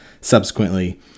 subsequently